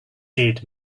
did